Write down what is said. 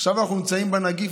עכשיו אנחנו נמצאים בנגיף,